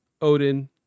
Odin